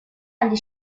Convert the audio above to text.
agli